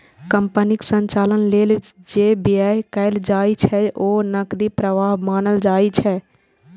कंपनीक संचालन लेल जे व्यय कैल जाइ छै, ओ नकदी प्रवाह मानल जाइ छै